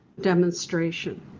demonstration